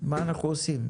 מה אנחנו עושים.